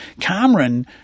Cameron